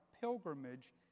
pilgrimage